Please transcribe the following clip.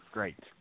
Great